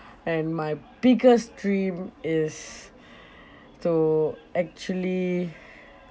and my biggest dream is to actually